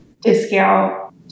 discount